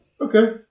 Okay